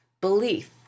belief